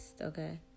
okay